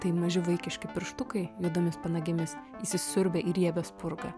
tai maži vaikiški pirštukai juodomis panagėmis įsisiurbia į riebią spurgą